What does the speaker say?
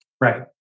Right